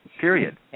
Period